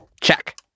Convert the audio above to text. Check